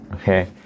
Okay